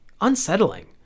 unsettling